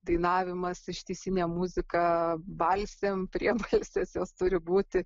dainavimas ištisinė muzika balsėm priebalsės jos turi būti